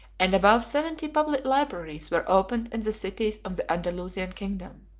and above seventy public libraries were opened in the cities of the andalusian kingdom.